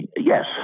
yes